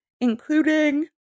including